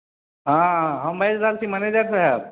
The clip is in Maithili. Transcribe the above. हँ हम बाजि रहल छी मैनेजर साहेब